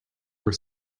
were